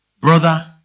brother